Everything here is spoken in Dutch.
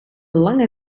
lange